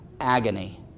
agony